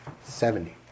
Seventy